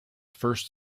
first